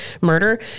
murder